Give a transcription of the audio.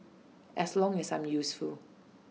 as long as I'm useful